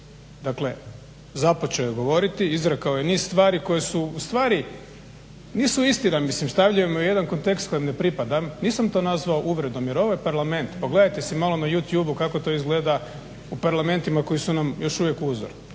Dakle, započeo je govoriti, izrekao je niz stvari koje su ustvari nisu istina, mislim stavljaju me u jedan kontekst kojem ne pripadam. Nisam to nazvao uvredom, jer ovo je Parlament. Pogledajte si malo na Youtubeu kako to izgleda u parlamentima koji su nam još uvijek uzor.